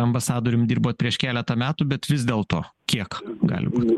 ambasadorium dirbo prieš keletą metų bet vis dėlto kiek gali būt